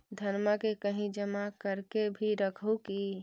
धनमा के कहिं जमा कर के भी रख हू की?